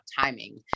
timing